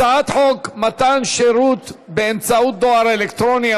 הצעת חוק מתן שירות באמצעות דואר אלקטרוני,